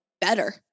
better